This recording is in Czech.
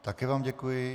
Také vám děkuji.